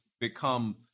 become